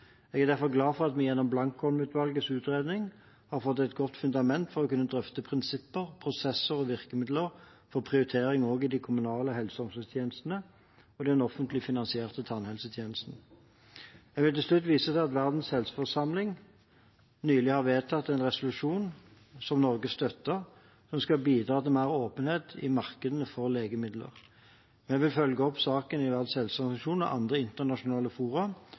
Jeg er derfor glad for at vi gjennom Blankholm-utvalgets utredning har fått et godt fundament for å kunne drøfte prinsipper, prosesser og virkemidler for prioritering også i de kommunale helse- og omsorgstjenestene og den offentlig finansierte tannhelsetjenesten. Jeg vil til slutt vise til at Verdens helseforsamling nylig har vedtatt en resolusjon som Norge støtter, som skal bidra til mer åpenhet i markedene for legemidler. Jeg vil følge opp saken i Verdens helseorganisasjon og andre internasjonale fora